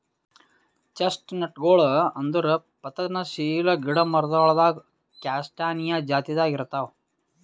ಚೆಸ್ಟ್ನಟ್ಗೊಳ್ ಅಂದುರ್ ಪತನಶೀಲ ಗಿಡ ಮರಗೊಳ್ದಾಗ್ ಕ್ಯಾಸ್ಟಾನಿಯಾ ಜಾತಿದಾಗ್ ಇರ್ತಾವ್